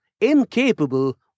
incapable